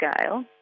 scale